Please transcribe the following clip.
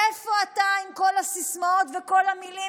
איפה אתה עם כל הסיסמאות וכל המילים